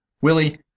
Willie